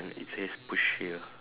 and it says push here